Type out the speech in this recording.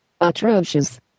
atrocious